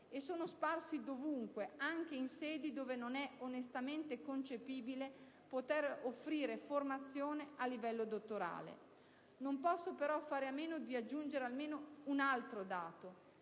e sparsi dovunque, anche in sedi dove non è onestamente concepibile poter offrire formazione a livello dottorale. Non posso però fare a meno di aggiungere almeno un altro dato.